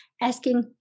asking